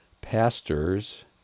pastors